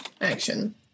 action